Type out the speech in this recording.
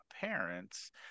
parents